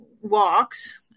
walks